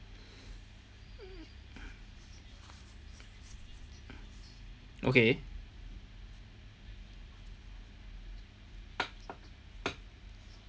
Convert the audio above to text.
okay